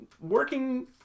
working